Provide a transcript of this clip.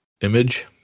Image